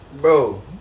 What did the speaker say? Bro